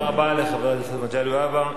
תודה לחבר הכנסת מגלי והבה.